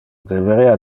deberea